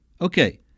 Okay